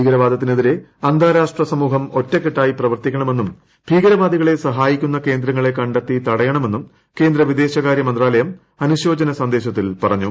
ഭീകരവാദത്തിനെതിരെ അന്താരാഷ്ട്ര സമൂഹം ഒറ്റക്കെട്ടായി പ്രവർത്തിക്കണമെന്നും ഭീകരവാദികളെ സഹായിക്കുന്ന കേന്ദ്രങ്ങളെ കണ്ടെത്തി തടയണമെന്നും കേന്ദ്ര വിദേശ കാര്യമന്ത്രാലയം അനുശോചന സന്ദേശത്തിൽ പറഞ്ഞു